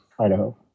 Idaho